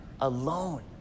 alone